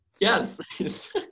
Yes